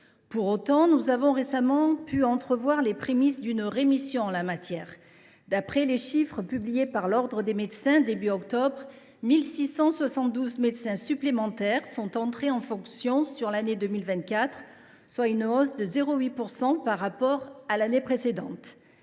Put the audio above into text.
Pour autant, nous avons récemment pu entrevoir les prémices d’une rémission en la matière. D’après les chiffres publiés par le Conseil national de l’ordre des médecins au début du mois d’octobre, 1 672 médecins supplémentaires sont entrés en fonction au cours de l’année 2024, soit une hausse de 0,8 % par rapport à l’année précédente.